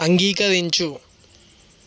అంగీకరించు